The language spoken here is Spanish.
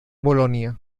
bolonia